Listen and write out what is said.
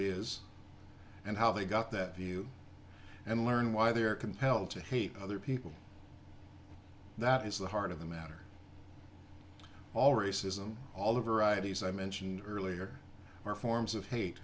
is and how they got that view and learn why they are compelled to hate other people that is the heart of the matter all racism all of these i mentioned earlier are forms of hate